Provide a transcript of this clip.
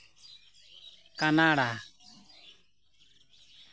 Canada